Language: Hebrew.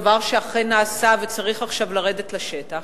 דבר שאכן נעשה וצריך עכשיו לרדת לשטח.